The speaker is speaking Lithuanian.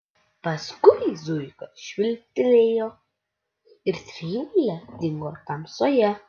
paskui zuika švilptelėjo ir trijulė dingo tamsoje